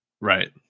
Right